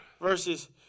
Versus